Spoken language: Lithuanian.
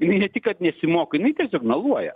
jinai ne tik kad nesimoko jinai tiesiog meluoja